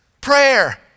Prayer